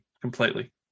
completely